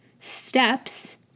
steps